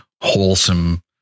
wholesome